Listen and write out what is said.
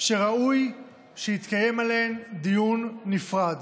שראוי שיתקיים עליהן דיון נפרד,